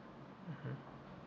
mmhmm